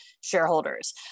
shareholders